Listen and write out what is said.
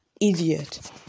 Idiot